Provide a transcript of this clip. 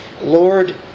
Lord